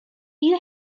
you